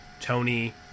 Tony